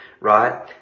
Right